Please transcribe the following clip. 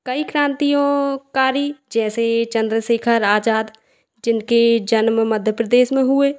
कई क्रांतियों कारी जैसे चंद्रशेखर आज़ाद जिनके जन्म मध्य प्रदेश में हुए